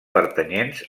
pertanyents